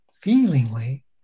feelingly